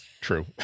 True